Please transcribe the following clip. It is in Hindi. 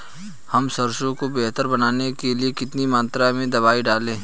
हम सरसों को बेहतर बनाने के लिए कितनी मात्रा में दवाई डालें?